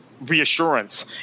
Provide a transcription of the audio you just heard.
reassurance